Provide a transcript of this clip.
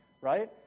right